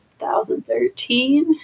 2013